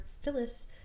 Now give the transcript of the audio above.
Phyllis